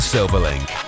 Silverlink